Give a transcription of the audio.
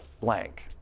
blank